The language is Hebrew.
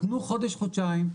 תנו חודש חודשיים,